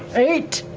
eight?